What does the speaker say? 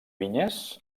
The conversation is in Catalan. vinyes